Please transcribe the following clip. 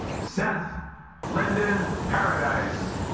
seth linden paradise